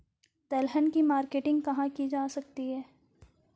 दलहन की मार्केटिंग कहाँ की जा सकती है?